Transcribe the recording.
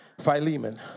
Philemon